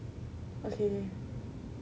okay